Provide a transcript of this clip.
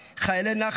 חיילי נח"ל,